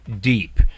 deep